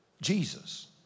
Jesus